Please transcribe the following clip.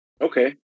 Okay